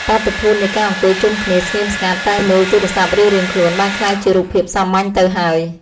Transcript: បាតុភូតនៃការអង្គុយជុំគ្នាស្ងៀមស្ងាត់តែមើលទូរស័ព្ទរៀងៗខ្លួនបានក្លាយជារូបភាពសាមញ្ញទៅហើយ។